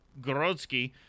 Grodzki